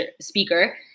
speaker